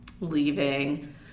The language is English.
leaving